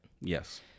Yes